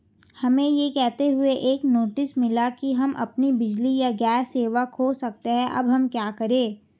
हमें यह कहते हुए एक नोटिस मिला कि हम अपनी बिजली या गैस सेवा खो सकते हैं अब हम क्या करें?